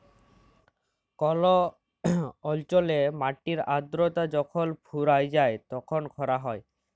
call অল্চলে মাটির আদ্রতা যখল ফুরাঁয় যায় তখল খরা হ্যয়